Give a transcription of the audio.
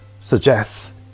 suggest